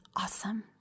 awesome